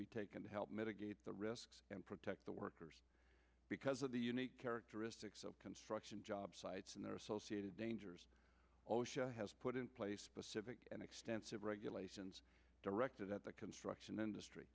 be taken to help mitigate the risk and protect the workers because of the unique characteristics of construction job sites and their associated dangers osha has put in place specific and extensive regulations directed at the construction industry